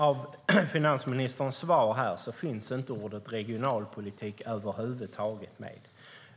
I finansministerns svar finns dock inte ordet "regionalpolitik" över huvud taget med.